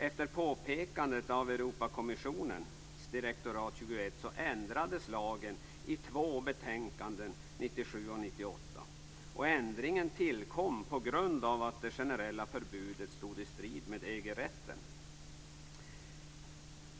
1997 och 1998. Och ändringen tillkom på grund av att det generella förbudet stod i strid med EG-rätten.